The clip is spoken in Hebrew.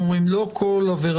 אומרים שלא כל עבירה,